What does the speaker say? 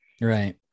Right